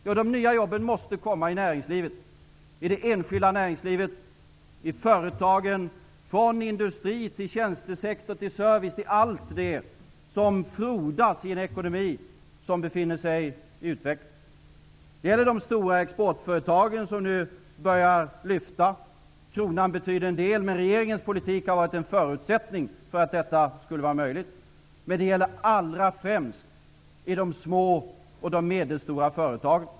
Ja, de nya jobben måste tillkomma inom det enskilda näringslivet, i företagen, från industri till tjänstesektor, till service och till allt det som frodas i en ekonomi som befinner sig i utveckling. Det gäller de stora exportföretagen som nu börjar lyfta. Kronan betyder en del, men regeringens politik har varit en förutsättning för att detta skulle vara möjligt. Men det gäller allra främst i de små och medelstora företagen.